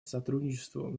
сотрудничеству